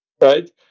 right